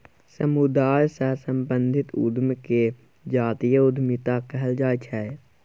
समुदाय सँ संबंधित उद्यम केँ जातीय उद्यमिता कहल जाइ छै